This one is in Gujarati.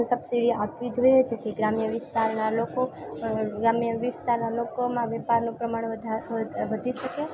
સબસીડી આપવી જોઈએ છે જે ગ્રામ્ય વિસ્તારના લોકો ગ્રામ્ય વિસ્તારના લોકોમાં વેપારનું પ્રમાણ વધી શકે